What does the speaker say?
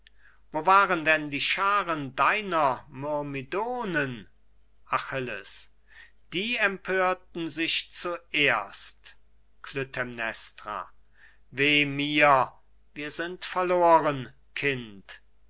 wo waren denn die schaaren deiner myrmidonen achilles die empörten sich zuerst klytämnestra wehe mir wir sind verloren kind